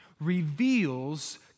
reveals